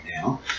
now